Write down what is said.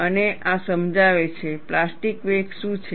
અને આ સમજાવે છે પ્લાસ્ટિક વેક શું છે